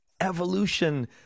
evolution